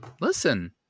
listen